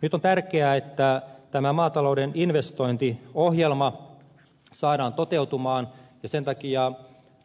nyt on tärkeää että tämä maatalouden investointiohjelma saadaan toteutumaan ja sen takia